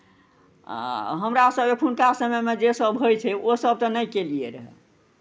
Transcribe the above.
आ हमरा सभ एखुनका समयमे जेसभ होइ छै ओसभ तऽ नहि केलियै रहए